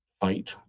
fight